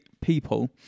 people